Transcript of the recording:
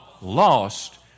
lost